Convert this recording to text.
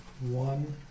one